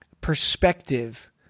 perspective